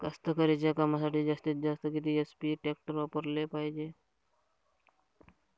कास्तकारीच्या कामासाठी जास्तीत जास्त किती एच.पी टॅक्टर वापराले पायजे?